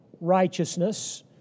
righteousness